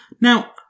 Now